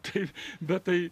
taip bet tai